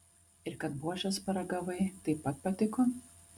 ir kad buožės paragavai taip pat patiko